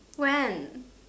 when